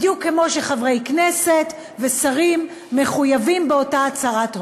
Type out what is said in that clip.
בדיוק כמו שחברי כנסת ושרים מחויבים באותה הצהרת הון.